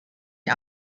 die